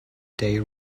day